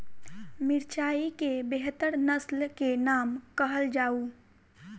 मिर्चाई केँ बेहतर नस्ल केँ नाम कहल जाउ?